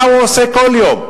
מה הוא עושה כל יום?